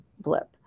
blip